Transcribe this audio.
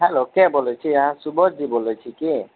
hello के बोलै छी अहाँ सुबोध जी बोलै छी की